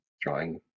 drawing